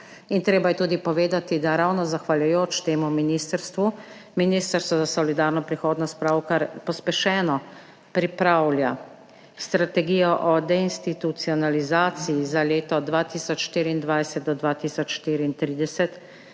in treba je tudi povedati, da ravno zahvaljujoč temu ministrstvu, Ministrstvo za solidarno prihodnost pravkar pospešeno pripravlja strategijo o deinstitucionalizaciji od leta 2024 do 2034,